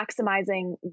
maximizing